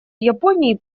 японии